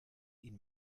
ihn